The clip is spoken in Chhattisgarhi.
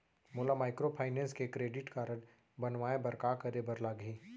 मोला माइक्रोफाइनेंस के क्रेडिट कारड बनवाए बर का करे बर लागही?